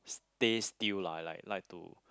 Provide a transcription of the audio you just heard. stay still lah like to